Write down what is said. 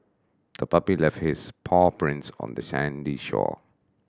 the puppy left its paw prints on the sandy shore